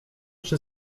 przy